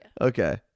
okay